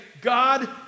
God